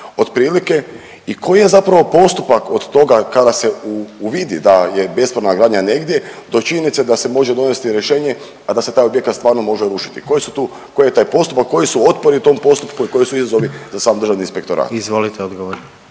otprilike i koji je zapravo postupak od toga kada se uvidi da je bespravna gradnje negdje do činjenice da se može donijeti rješenje, a da se taj objekat stvarno može rušiti? Koje su tu, koji je taj postupak, koji su otpori u tom postupku i koji su izazovi za sam Državni inspektorat? **Jandroković,